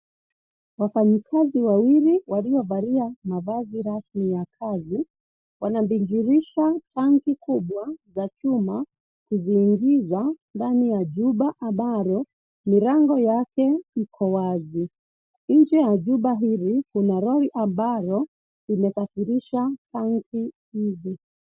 Wafanyikazi wawili waliovalia mavazi rasmi ya kazi; wanabingirisha tanki kubwa za chuma kuziingiza ndani ya chumba ambalo milango yake iko wazi. Nje ya jumba hili kuna lori ambalo limesafirisha tanki hizi.